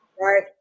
Right